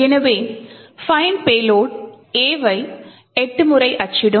எனவே find payload A ஐ 8 முறை அச்சிடும்